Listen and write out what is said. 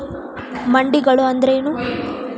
ಮಂಡಿಗಳು ಅಂದ್ರೇನು?